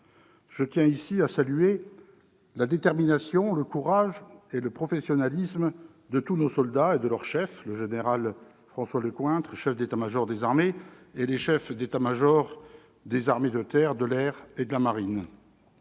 Je tiens ici à saluer la détermination, le courage et le professionnalisme de tous nos soldats et de leurs chefs, le général François Lecointre, chef d'état-major des armées et les chefs d'état-major des armées de terre, de l'air et de la Marine.